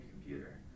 computer